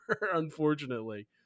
unfortunately